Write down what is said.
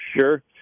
sure